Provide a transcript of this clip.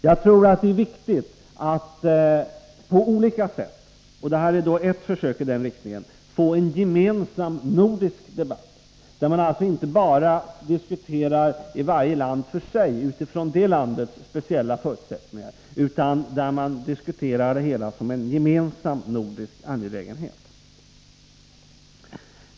Det är viktigt att få en gemensam nordisk debatt, där man alltså inte bara diskuterar i varje land för sig utifrån sina egna speciella förutsättningar, utan där man diskuterar det hela som en gemensam nordisk angelägenhet. Detta zonförslag är ett försök i den riktningen.